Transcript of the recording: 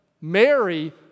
Mary